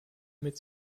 mit